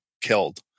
killed